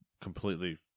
completely